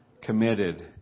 committed